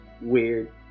weird